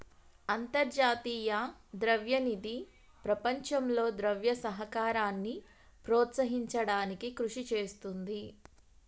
అంతర్జాతీయ ద్రవ్య నిధి ప్రపంచంలో ద్రవ్య సహకారాన్ని ప్రోత్సహించడానికి కృషి చేస్తుంది